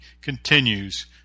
continues